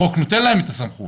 החוק נותן להם את הסמכות